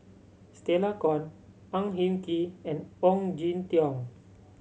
Stella Kon Ang Hin Kee and Ong Jin Teong